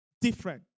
different